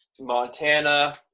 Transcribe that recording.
Montana